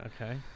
Okay